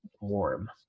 warm